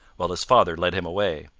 while his father led him away.